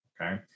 okay